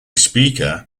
speaker